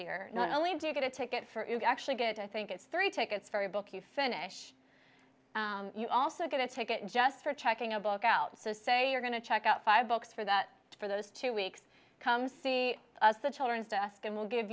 year not only do you get a ticket for it actually get i think it's three tickets for a book you finish you also get a ticket just for checking a book out so say you're going to check out five bucks for that for those two weeks come see us the children's desk and we'll give